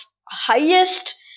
highest